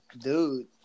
Dude